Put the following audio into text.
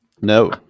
No